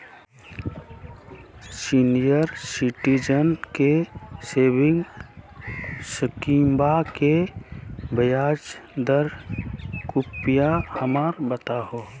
senior citizen के saving स्कीमवा के ब्याज दर कृपया हमरा बताहो